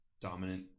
dominant